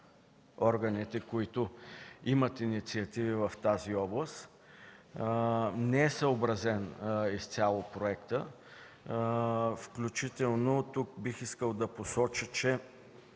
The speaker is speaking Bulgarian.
които имат инициативи в тази област. Не е съобразен изцяло проектът, включително тук бих искал да посоча, че